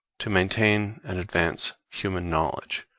to maintain and advance human knowledge,